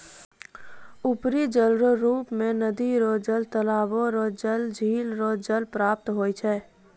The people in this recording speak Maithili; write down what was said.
उपरी जलरो रुप मे नदी रो जल, तालाबो रो जल, झिल रो जल प्राप्त होय छै